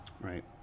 right